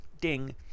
Ding